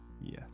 Yes